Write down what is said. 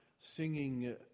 singing